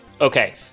Okay